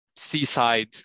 seaside